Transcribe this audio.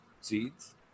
seeds